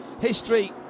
history